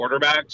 quarterbacks